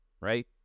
right